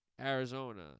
Arizona